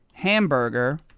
Hamburger